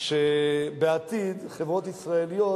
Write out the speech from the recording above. שבעתיד חברות ישראליות,